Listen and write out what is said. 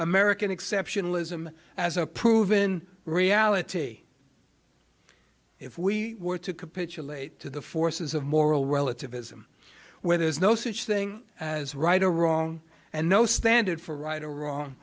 american exceptionalism as a proven reality if we were to capitulate to the forces of moral relativism where there's no such thing as right or wrong and no standard for right or wrong